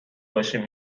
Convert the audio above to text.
باشیم